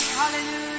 hallelujah